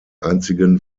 einzigen